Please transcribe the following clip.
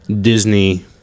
disney